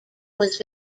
was